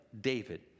David